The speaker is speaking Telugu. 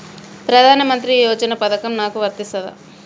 ప్రధానమంత్రి యోజన పథకం నాకు వర్తిస్తదా?